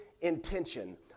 intention